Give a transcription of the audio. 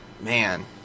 Man